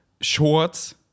shorts